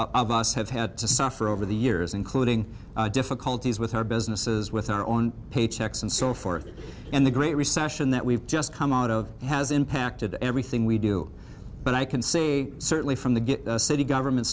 of us have had to suffer over the years including difficulties with our businesses with our own paychecks and so forth and the great recession that we've just come out of has impacted everything we do but i can see certainly from the get the city government